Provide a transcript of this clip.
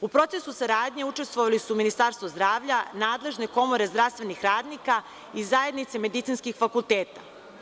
U procesu saradnje učestvovali su Ministarstvo zdravlja, nadležne komore zdravstvenih radnika i zajednice medicinskih fakulteta.